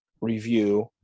review